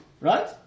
Right